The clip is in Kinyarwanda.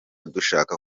dushaka